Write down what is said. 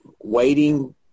waiting